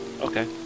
okay